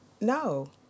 No